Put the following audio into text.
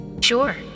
Sure